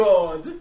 God